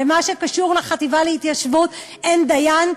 למה שקשור לחטיבה להתיישבות אין דיין,